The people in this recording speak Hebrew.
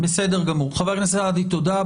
חבר הכנסת סעדי, תודה.